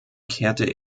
kehrte